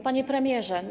Panie Premierze!